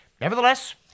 Nevertheless